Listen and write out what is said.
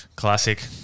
Classic